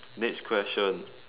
next question